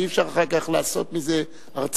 אבל אי-אפשר אחר כך לעשות מזה הרצאות.